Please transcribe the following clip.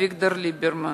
אביגדור ליברמן,